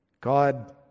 God